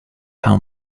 how